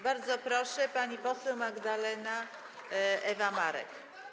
Bardzo proszę, pani poseł Magdalena Ewa Marek.